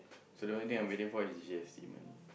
so the only thing I'm waiting for is the G_S_T money